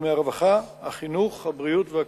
בתחומי הרווחה, החינוך, הבריאות והקליטה.